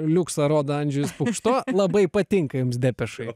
liuksą rodo andžejus pukšto labai patinka jums depešai